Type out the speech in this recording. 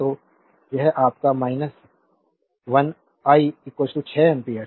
तो यह आपका है 1 आई 6 एम्पीयर